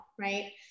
right